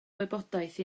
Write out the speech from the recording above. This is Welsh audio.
wybodaeth